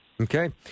Okay